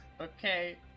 Okay